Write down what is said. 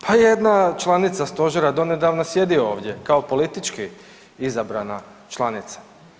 Pa jedna članica Stožera donedavno sjedi ovdje kao politički izabrana članica.